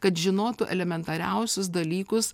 kad žinotų elementariausius dalykus